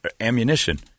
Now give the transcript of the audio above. ammunition